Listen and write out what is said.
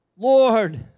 Lord